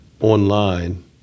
online